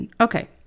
okay